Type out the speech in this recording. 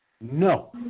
No